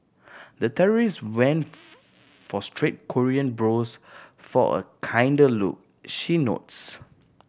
the terrorist went for straight Korean brows for a kinder look she notes